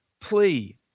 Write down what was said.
plea